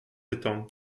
étangs